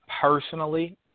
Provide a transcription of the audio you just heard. Personally